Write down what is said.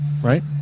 Right